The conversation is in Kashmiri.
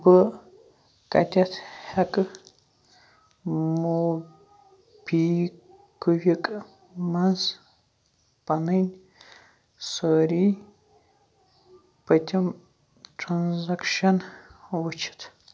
بہٕ کَتٮ۪تھ ہٮ۪کہٕ موپی کُوِک منٛز پنٕنۍ سٲری پٔتِم ٹرانزیکشن وٕچھِتھ